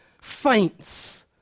Faints